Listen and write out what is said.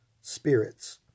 spirits